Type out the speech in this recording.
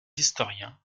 historiens